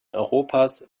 europas